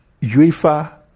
UEFA